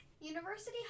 University